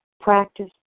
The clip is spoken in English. Practice